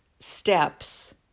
steps